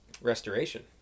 restoration